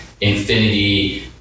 Infinity